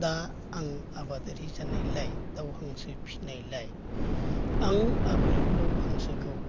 दा आं आबादारि जानायलाय दाउ हांसो फिनायलाय आं आगोलाव दाउ हांसोखौ